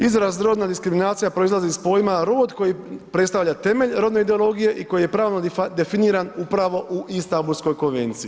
Izraz rodna diskriminacija proizlazi iz pojma rod koji predstavlja temelj rodne ideologije i koji je pravno definiran upravo u Istambulskoj konvenciji.